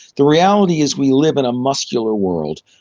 the reality is we live in a muscular world.